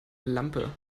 lampe